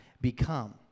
become